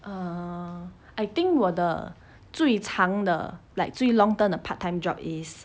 err I think 我的最长的 like 最 long term 的 part time job is